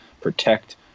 protect